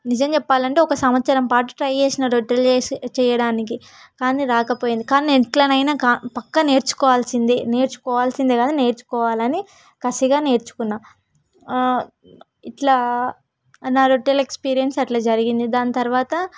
నిజం చెప్పాలంటే ఒక సంవత్సరం పాటు ట్రై చేసాను రొట్టెలు చేసి చేయడానికి కానీ రాకపోయింది కానీ ఎలానైనా క పక్కా నేర్చుకోవాల్సిందే నేర్చుకోవాల్సిందే కాదు నేర్చుకోవాలని కసిగా నేర్చుకున్నాను ఇట్లా నా రొట్టెల ఎక్స్పీరియన్స్ అట్లా జరిగింది దాని తరువాత